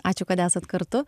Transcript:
ačiū kad esat kartu